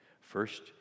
First